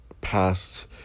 past